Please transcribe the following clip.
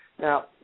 Now